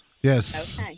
Yes